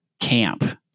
camp